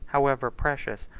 however precious,